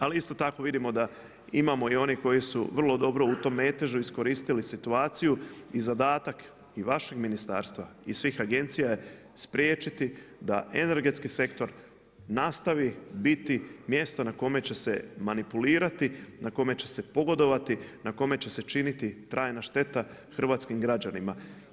Ali isto tako vidimo da imamo i onih koji su vrlo dobro u tom metežu iskoristili situaciju i zadatak i vašeg ministarstva i svih agencija je spriječiti da energetski sektor nastaviti biti mjesto na kome će se manipulirati, na kome će se pogodovati, na kome će se činiti trajna šteta hrvatskim građanima.